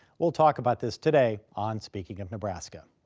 we'll talk about this today on speaking of nebraska.